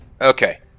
Okay